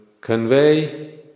convey